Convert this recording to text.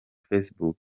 facebook